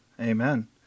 Amen